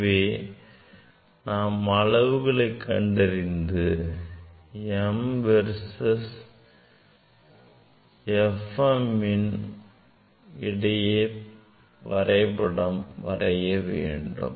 எனவே நாம் அளவுகளை கண்டறிந்து m versus f m இடையே வரைபடம் வரைய வேண்டும்